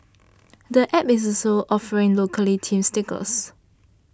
the App is also offering locally themed stickers